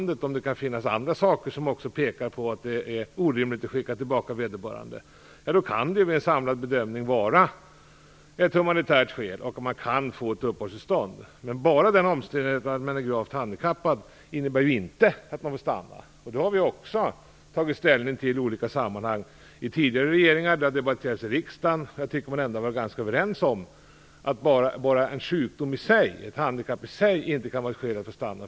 Det kan finnas andra saker i landet som gör att det är orimligt att skicka tillbaka vederbörande. Då kan den samlade bedömningen vara att det föreligger ett humanitärt skäl för att få ett uppehållstillstånd. Men bara den omständigheten att man är gravt handikappad innebär inte att man får stanna. Det har vi tagit ställning till vid olika sammanhang. Det har debatterats i riksdagen, och vi har ändå varit ganska överens om att bara ett handikapp i sig inte kan utgöra skäl för att få stanna.